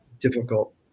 difficult